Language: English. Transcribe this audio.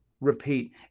repeat